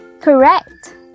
Correct